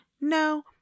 No